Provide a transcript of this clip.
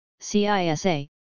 CISA